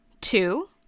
Two